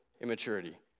immaturity